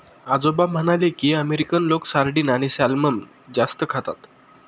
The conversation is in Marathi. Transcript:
आजोबा म्हणाले की, अमेरिकन लोक सार्डिन आणि सॅल्मन जास्त खातात